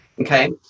Okay